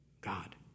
God